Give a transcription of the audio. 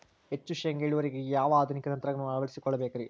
ಹೆಚ್ಚು ಶೇಂಗಾ ಇಳುವರಿಗಾಗಿ ಯಾವ ಆಧುನಿಕ ತಂತ್ರಜ್ಞಾನವನ್ನ ಅಳವಡಿಸಿಕೊಳ್ಳಬೇಕರೇ?